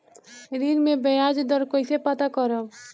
ऋण में बयाज दर कईसे पता करब?